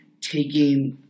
taking